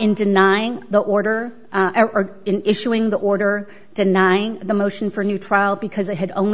in denying the order or in issuing the order denying the motion for new trial because it had only